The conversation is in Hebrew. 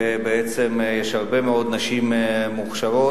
ובעצם יש הרבה מאוד נשים מוכשרות,